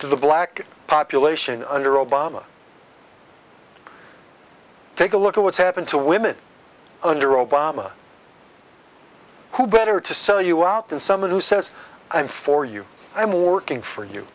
to the black population under obama take a look at what's happened to women under obama who better to sell you out than someone who says i'm for you i'm working for you